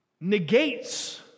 negates